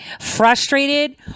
frustrated